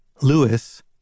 Lewis